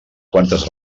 quantes